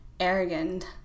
arrogant